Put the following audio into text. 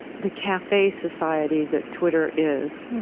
the cafe society that twitter is,